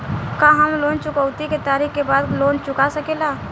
का हम लोन चुकौती के तारीख के बाद लोन चूका सकेला?